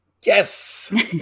Yes